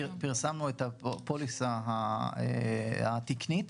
פרסמנו את הפוליסה התקנית.